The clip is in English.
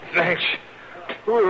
Thanks